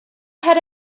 had